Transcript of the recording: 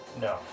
No